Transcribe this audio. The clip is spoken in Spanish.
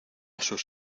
sus